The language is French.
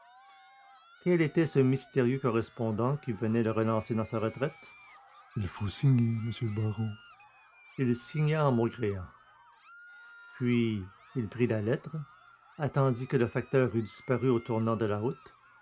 quel était ce mystérieux correspondant qui venait le relancer dans sa retraite il faut signer monsieur le baron il signa en maugréant puis il prit la lettre attendit que le facteur eût disparu au tournant de la route